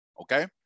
okay